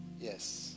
Yes